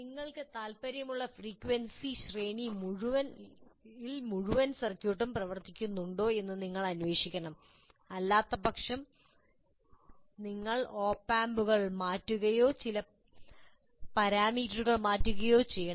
നിങ്ങൾക്ക് താൽപ്പര്യമുള്ള ഫ്രീക്വൻസി ശ്രേണിയിൽ മുഴുവൻ സർക്യൂട്ടും പ്രവർത്തിക്കുന്നുണ്ടോ എന്ന് നിങ്ങൾ അന്വേഷിക്കണം അല്ലാത്തപക്ഷം നിങ്ങൾ ഓപ് ആമ്പുകൾ മാറ്റുകയോ മറ്റ് ചില പാരാമീറ്ററുകൾ മാറ്റുകയോ ചെയ്യണം